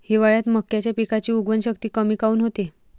हिवाळ्यात मक्याच्या पिकाची उगवन शक्ती कमी काऊन होते?